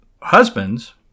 husbands